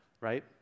right